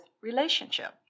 relationship